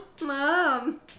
Mom